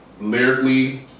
lyrically